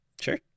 sure